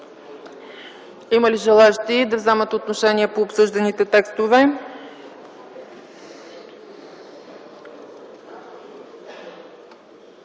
Има ли желаещи да вземат отношение по обсъжданите текстове?